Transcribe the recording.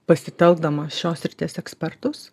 pasitelkdamas šios srities ekspertus